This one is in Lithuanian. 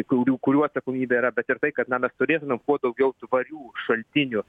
kurių kurių atsakomybė yra bet ir tai kad na mes turėtumėm kuo daugiau tvarių šaltinių